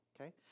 Okay